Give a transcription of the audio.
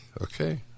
okay